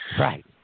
Right